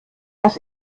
das